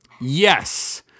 yes